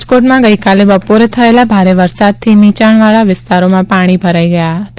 રાજકોટમાં ગઇકાલે બપોરે થયેલા ભારે વરસાદથી નીચાણવાળા વિસ્તારોમાં પાણી ભરાઇ ગયા છે